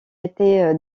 été